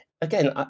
again